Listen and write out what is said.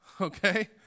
Okay